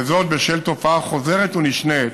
בשל תופעה חוזרת ונשנית